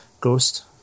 ghost